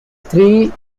three